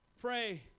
Pray